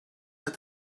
had